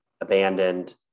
abandoned